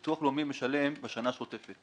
הביטוח הלאומי משלם בשנה שוטפת.